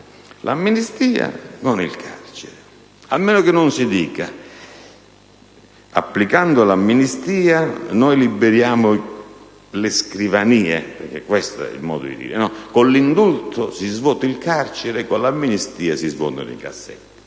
l'amnistia con il carcere, a meno che non si dica che, applicando l'amnistia, liberiamo le scrivanie (usando un modo di dire). Con l'indulto si svuota il carcere, con l'amnistia si svuotano i cassetti: